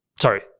Sorry